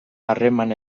harreman